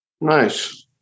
Nice